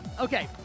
Okay